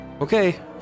Okay